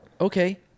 Okay